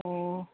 ꯑꯣ